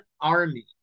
army